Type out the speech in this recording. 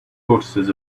tortoises